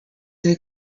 they